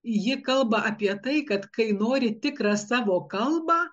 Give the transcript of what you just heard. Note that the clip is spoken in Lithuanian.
ji kalba apie tai kad kai nori tikrą savo kalbą